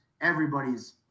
everybody's